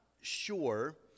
sure